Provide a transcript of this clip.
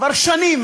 כבר שנים,